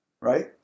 right